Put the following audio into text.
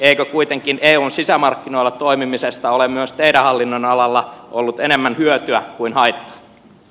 eikö kuitenkin eun sisämarkkinoilla toimimisesta ole myös teidän hallinnonalallanne ollut enemmän hyötyä kuin haittaa